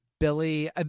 Billy